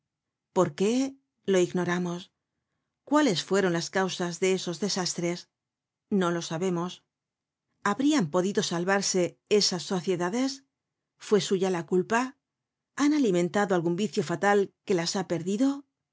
por qué lo ignoramos cuáles fueron las causas de esos desastres no lo sabemos habrían podido salvarse esas sociedades fue suya la culpa han alimentado algun vicio fatal que las ha perdido